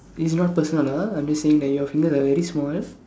it's not personal ah I'm just saying that your fingers are very small